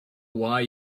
why